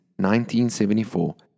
1974